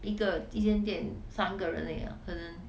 一个一间店三个人而已 ah 可能